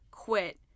quit